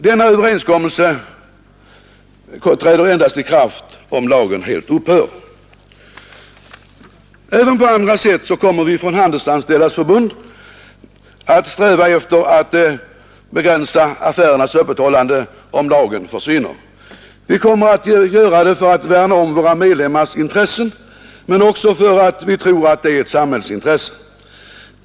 Denna överenskommelse träder endast i kraft om lagen helt upphör. Även på andra sätt kommer vi från Handelsanställdas förbund att sträva efter att begränsa affärernas öppethållande, om lagen försvinner. Vi kommer att göra det för att värna om våra medlemmars intressen men också för att vi tror att det är ett samhällsintresse.